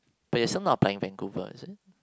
but you're still not applying Vancouver is it